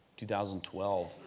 2012